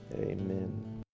Amen